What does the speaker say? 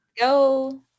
Go